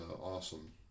awesome